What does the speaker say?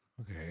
okay